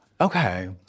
Okay